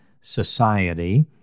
society